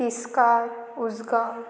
Tiskar Usgao